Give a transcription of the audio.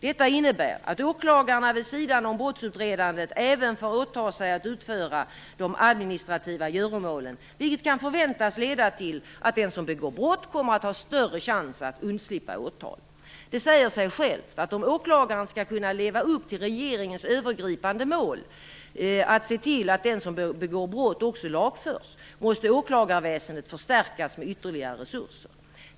Detta innebär att åklagarna vid sidan om brottsutredandet även får åta sig att utföra de administrativa göromålen, vilket kan förväntas leda till att den som begår brott kommer att ha större chans att undslippa åtal. Det säger sig självt att om åklagarna skall kunna leva upp till regeringens övergripande mål för åklagarväsendet, nämligen att se till att den som begår brott också lagförs, måste åklagarväsendet förstärkas med ytterligare resurser.